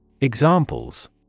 Examples